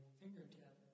fingertip